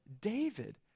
David